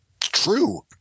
True